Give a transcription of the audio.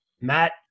Matt